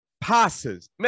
passes